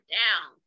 down